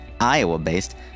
Iowa-based